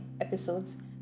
episodes